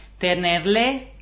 tenerle